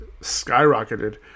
skyrocketed